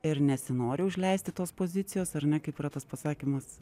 ir nesinori užleisti tos pozicijos ar ne kaip yra tas pasakymas